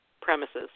premises